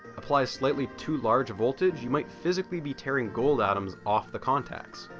apply a slightly too large a voltage, you might physically be tearing gold atoms off the contacts.